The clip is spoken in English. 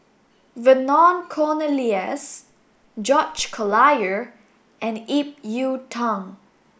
Vernon Cornelius George Collyer and Ip Yiu Tung